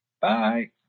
Bye